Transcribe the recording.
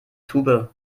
tube